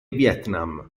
vietnam